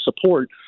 support